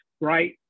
right